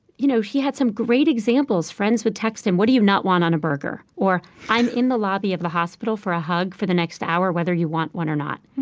you know he had some great examples. friends would text him, what do you not want on a burger? i'm in the lobby of the hospital for a hug for the next hour whether you want one or not.